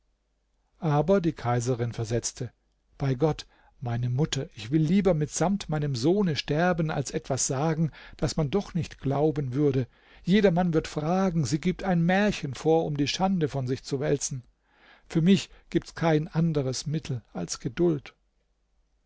aber die kaiserin versetzte bei gott meine mutter ich will lieber mitsamt meinem sohne sterben als etwas sagen das man doch nicht glauben würde jedermann wird fragen sie gibt ein märchen vor um die schande von sich zu wälzen für mich gibt's kein anderes mittel als geduld